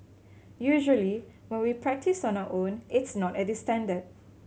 usually when we practise on our own it's not at this standard